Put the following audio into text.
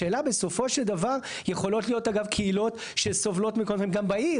השאלה בסופו של דבר יכולות להיות אגב קהילות שסובלות מכל זה גם בעיר.